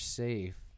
safe